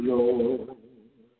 Lord